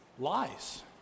lies